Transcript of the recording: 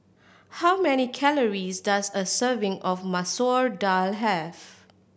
how many calories does a serving of Masoor Dal have